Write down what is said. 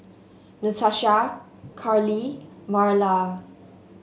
Natasha Carli Marla